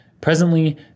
Presently